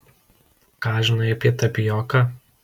ką žinai apie tapijoką